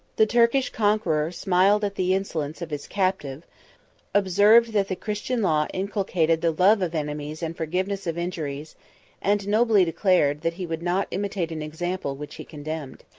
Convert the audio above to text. the turkish conqueror smiled at the insolence of his captive observed that the christian law inculcated the love of enemies and forgiveness of injuries and nobly declared, that he would not imitate an example which he condemned.